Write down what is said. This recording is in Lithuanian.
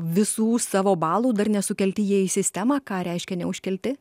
visų savo balų dar nesukelti jie į sistemą ką reiškia neužkelti